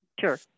Sure